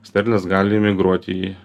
sterlės gali migruoti į